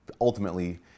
ultimately